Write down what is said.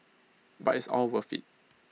but it's all worth IT